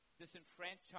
disenfranchised